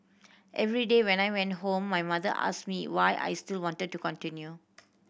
every day when I went home my mother asked me why I still wanted to continue